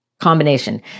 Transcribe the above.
combination